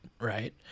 right